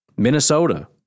Minnesota